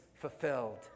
fulfilled